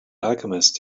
alchemist